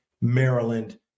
maryland